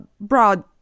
broad